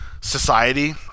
society